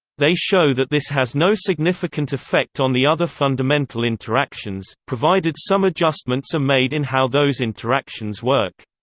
they show that this has no significant effect on the other fundamental interactions, provided some adjustments are made in how those interactions work.